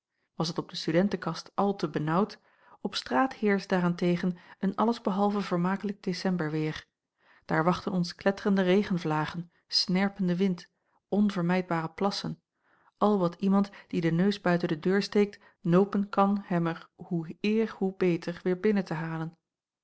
was het op de studentekast al te benaauwd op straat heerscht daar-en-tegen een alles behalve vermakelijk decemberweêr daar wachten ons kletterende regenvlagen snerpende wind onvermijdbare plassen al wat iemand die den neus buiten de deur steekt nopen kan hem er hoe eer hoe beter weêr binnen te halen